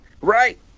Right